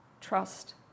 trust